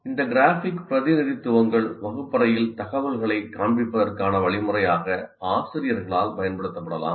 இந்த கிராஃபிக் பிரதிநிதித்துவங்கள் வகுப்பறையில் தகவல்களைக் காண்பிப்பதற்கான வழிமுறையாக ஆசிரியர்களால் பயன்படுத்தப்படலாம்